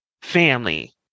family